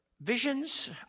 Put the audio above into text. Visions